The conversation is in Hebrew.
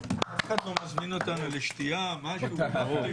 הישיבה ננעלה בשעה 15:06.